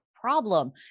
problem